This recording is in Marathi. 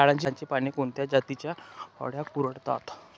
झाडाची पाने कोणत्या जातीच्या अळ्या कुरडतात?